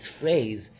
phrase